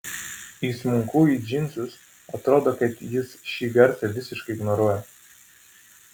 įsmunku į džinsus atrodo kad jis šį garsą visiškai ignoruoja